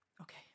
Okay